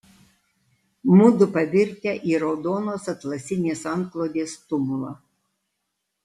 mudu pavirtę į raudonos atlasinės antklodės tumulą